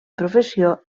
professió